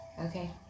Okay